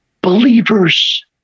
Believers